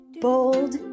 bold